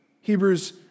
Hebrews